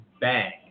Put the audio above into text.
bang